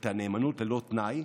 את הנאמנות ללא תנאי,